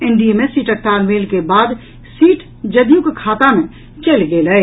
NDA मे सीटक तालमेल के बाद सीट जदयूक खाता मे चलि गेल अछि